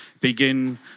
begin